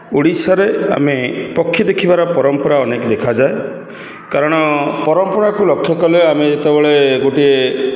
ଓଡ଼ିଶାରେ ଆମେ ପକ୍ଷୀ ଦେଖିବାର ପରମ୍ପରା ଅନେକ ଦେଖାଯାଏ କାରଣ ପରମ୍ପରାକୁ ଲକ୍ଷ୍ୟ କଲେ ଆମେ ଯେତେବେଳେ ଗୋଟିଏ